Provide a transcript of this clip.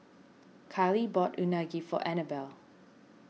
Kylee bought Unagi for Anabel